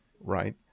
right